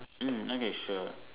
mm okay sure